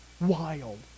Wild